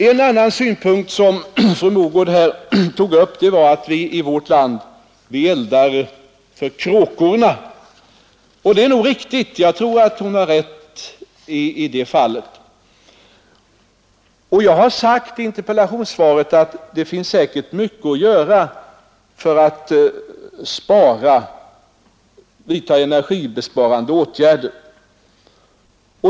En annan synpunkt som fru Mogård anförde var att vi i vårt land eldar för kråkorna. Jag tror att hon har rätt i det. Jag har i interpellationssvaret sagt att det säkert finns mycket att göra när det gäller att åstadkomma energibesparingar.